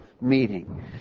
meeting